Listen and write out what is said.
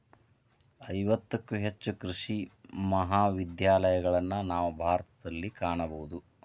ಐವತ್ತಕ್ಕೂ ಹೆಚ್ಚು ಕೃಷಿ ಮಹಾವಿದ್ಯಾಲಯಗಳನ್ನಾ ನಾವು ಭಾರತದಲ್ಲಿ ಕಾಣಬಹುದು